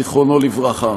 זיכרונו לברכה,